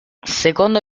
secondo